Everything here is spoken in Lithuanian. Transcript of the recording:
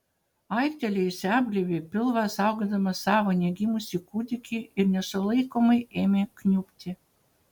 aiktelėjusi apglėbė pilvą saugodama savo negimusį kūdikį ir nesulaikomai ėmė kniubti